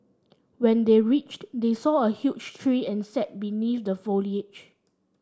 when they reached they saw a huge tree and sat beneath the foliage